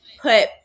put